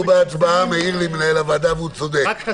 אנחנו בהצבעה, מעיר לי מנהל הוועדה, והוא צודק.